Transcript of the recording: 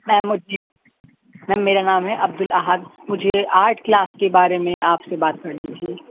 میم میم میرا نام ہے عبدالاحد مجھے آرٹ کلاس کے بارے میں آپ سے بات کرنی تھی